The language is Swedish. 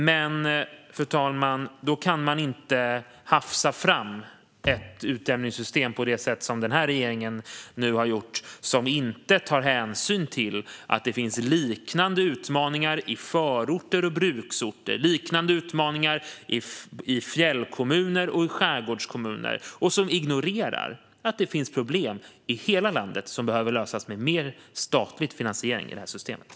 Då, fru talman, kan man inte hafsa fram ett utjämningssystem på det sätt som denna regering nu har gjort. Systemet tar inte hänsyn till att det finns liknande utmaningar i förorter och bruksorter eller i fjällkommuner och skärgårdskommuner, och det ignorerar att det finns problem i hela landet som behöver lösas med mer statlig finansiering i systemet.